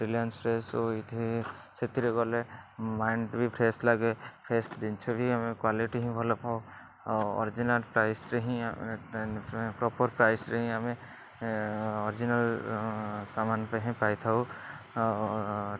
Reliance fresh ଉଇଥି ସେଥିରେ ଗଲେ ମାଇଣ୍ଡ୍ ବି ଫ୍ରେଶ୍ ଲାଗେ ଫ୍ରେଶ୍ ଜିନିଷ ବି ଆମେ କ୍ୱାଲିଟି ହିଁ ଭଲପାଉ ଆଉ ଅରିଜିନାଲ୍ ପ୍ରାଇସ୍ରେ ହିଁ ପ୍ରପର୍ ପ୍ରାଇସ୍ରେ ହିଁ ଆମେ ଅରିଜିନାଲ୍ ସାମାନ ହିଁ ପାଇଥାଉ ଆଉ